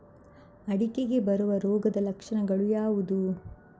ಅಡಿಕೆಗೆ ಬರುವ ರೋಗದ ಲಕ್ಷಣ ಯಾವುದು?